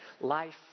life